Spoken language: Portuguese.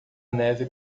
neve